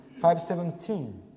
5.17